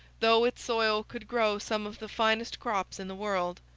though its soil could grow some of the finest crops in the world.